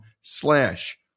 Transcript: slash